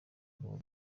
ruba